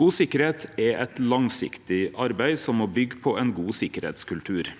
God sikkerheit er eit langsiktig arbeid, som må byggje på ein god sikkerheitsskultur.